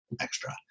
extra